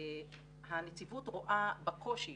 הנציבות רואה בקושי